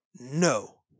No